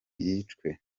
yicwe